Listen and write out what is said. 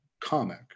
comic